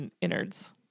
innards